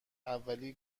اولی